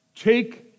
take